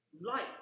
light